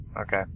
Okay